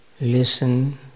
listen